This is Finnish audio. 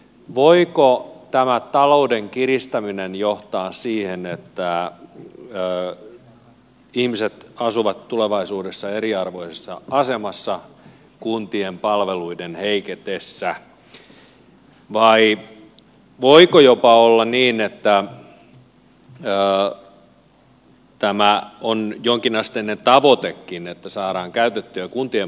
voiko tämä talouden kiristäminen johtaa siihen että ihmiset asuvat tulevaisuudessa eriarvoisessa asemassa kuntien palveluiden heiketessä vai voiko jopa olla niin että tämä on jonkinasteinen tavoitekin että saadaan käytettyä kuntien pakkoliitoksia